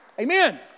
Amen